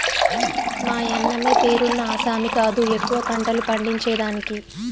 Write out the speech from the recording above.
మాయన్నమే పేరున్న ఆసామి కాదు ఎక్కువ పంటలు పండించేదానికి